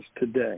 today